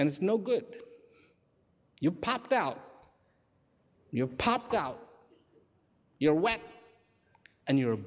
and it's no good you popped out your popped out your wet and you